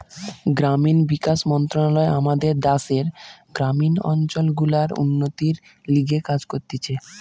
গ্রামীণ বিকাশ মন্ত্রণালয় আমাদের দ্যাশের গ্রামীণ অঞ্চল গুলার উন্নতির লিগে কাজ করতিছে